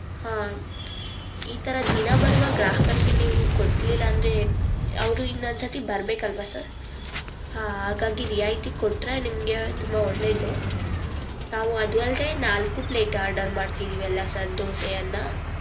ಹಾಂ ಈ ಥರ ದಿನ ಬರುವ ಗ್ರಾಹಕರಿಗೆ ನೀವು ಕೊಡಲಿಲ್ಲ ಅಂದರೆ ಅವರು ಇನ್ನೊಂದುಸತಿ ಬರ್ಬೇಕಲ್ವಾ ಸರ್ ಹಾಂ ಹಾಗಾಗಿ ರಿಯಾಯಿತಿ ಕೊಟ್ಟರೆ ನಿಮಗೆ ತುಂಬ ಒಳ್ಳೆಯದು ನಾವು ಅದು ಅಲ್ದೆ ನಾಲ್ಕು ಪ್ಲೇಟ್ ಆರ್ಡರ್ ಮಾಡ್ತಿದ್ದೀವಿ ಅಲ್ಲಾ ಸರ್ ದೋಸೆಯನ್ನು